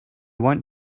want